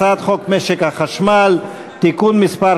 הצעת חוק משק החשמל (תיקון מס'